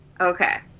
Okay